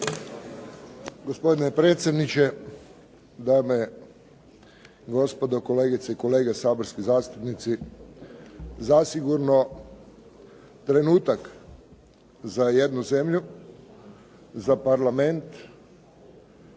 Gospodine predsjedniče, dame i gospodo, kolegice i kolege saborski zastupnici. Zasigurno trenutak za jednu zemlju, za Parlament